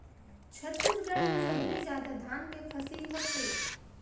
छत्तीसगढ़ में सबले जादा धान के फसिल होथे